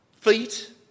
feet